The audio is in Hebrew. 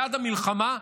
יעד המלחמה,